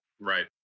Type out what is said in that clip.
Right